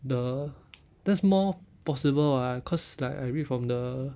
the that's more possible [what] cause like I read from the